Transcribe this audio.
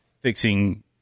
fixing